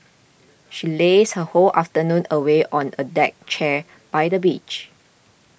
she lazed her whole afternoon away on a deck chair by the beach